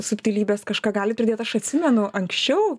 subtilybes kažką galit pridėt aš atsimenu anksčiau